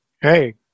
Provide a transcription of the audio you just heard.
hey